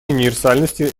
универсальности